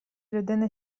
людина